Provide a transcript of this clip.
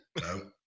No